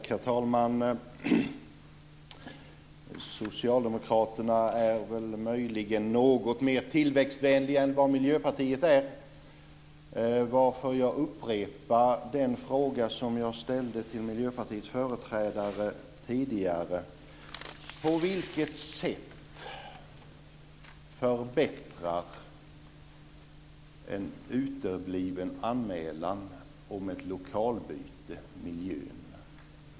Herr talman! Socialdemokraterna är möjligen något mer tillväxtvänliga än vad Miljöpartiet är, varför jag upprepar de frågor som jag ställde till Miljöpartiets företrädare tidigare. På vilket sätt förbättrar en utebliven anmälan om ett lokalbyte miljön?